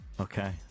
Okay